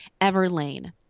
Everlane